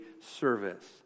service